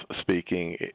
speaking